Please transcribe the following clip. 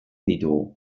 ditugu